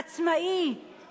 עצמאי,